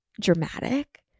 dramatic